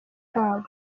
kabo